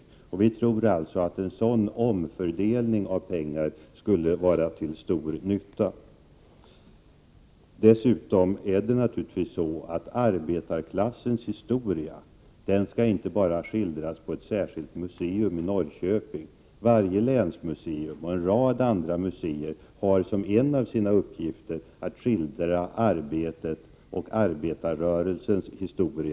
Vi tror alltså att en sådan omfördelning av pengar skulle vara till stor nytta. Dessutom är det naturligtvis så att arbetarklassens historia inte bara skall skildras på ett särskilt museum i Norrköping. Varje länsmuseum och en rad andra museer har som en av sina uppgifter att skildra arbetets och arbetarklassens historia.